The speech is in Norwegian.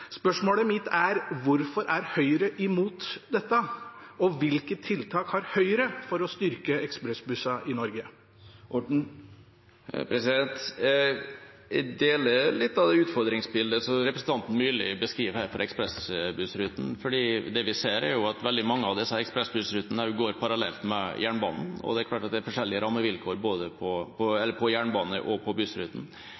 Spørsmålet mitt er: Hvorfor er Høyre imot dette, og hvilke tiltak har Høyre for å styrke ekspressbussene i Norge? Jeg er enig i litt av det utfordringsbildet som representanten Myrli her beskriver for ekspressbussrutene, for det vi ser, er at veldig mange av disse ekspressbussrutene går parallelt med jernbanen, og det er forskjellige rammevilkår